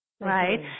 Right